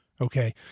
okay